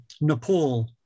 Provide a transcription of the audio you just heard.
Nepal